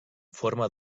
forma